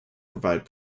provide